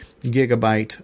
gigabyte